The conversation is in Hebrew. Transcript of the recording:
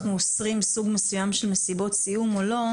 אוסרים סוג מסוים של מסיבות סיום או לא,